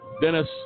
Dennis